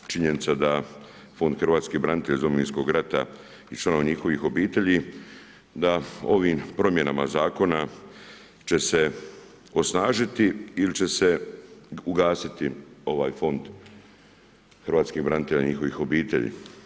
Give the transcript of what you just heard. Činjenica da Fond hrvatskih branitelja iz Domovinskog rata i članova njihovih obitelji da ovim promjenama zakona će se osnažiti ili će se ugasiti ovaj fond hrvatskih branitelja njihovih obitelji.